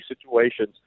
situations